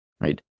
right